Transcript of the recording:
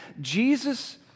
Jesus